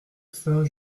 saint